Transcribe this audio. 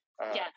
Yes